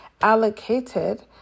allocated